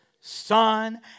son